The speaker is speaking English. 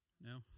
No